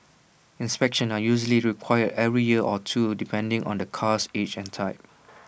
inspections are usually required every year or two depending on the car's age and type